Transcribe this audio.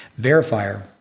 verifier